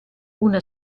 una